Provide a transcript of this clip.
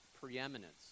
preeminence